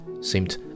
seemed